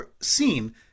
seen